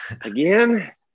again